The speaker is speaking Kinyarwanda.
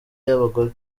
y’abagore